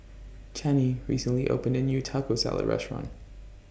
Chanie recently opened A New Taco Salad Restaurant